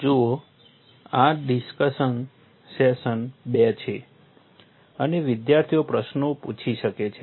જુઓ આ discussion session બે છે અને વિદ્યાર્થીઓ પ્રશ્નો પૂછી શકે છે